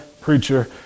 preacher